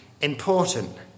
important